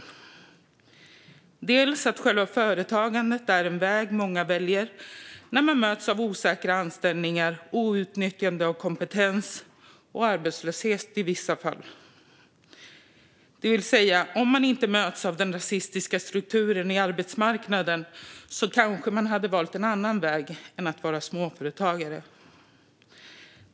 Det handlar bland annat om att själva företagandet är en väg som många väljer när man möts av osäkra anställningar, outnyttjande av kompetens och i vissa fall arbetslöshet, det vill säga om man inte hade mötts av den rasistiska strukturen på arbetsmarknaden kanske man hade valt en annan väg än att vara småföretagare.